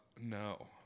no